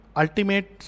ultimate